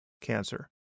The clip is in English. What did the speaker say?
cancer